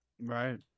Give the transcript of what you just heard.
Right